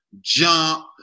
jump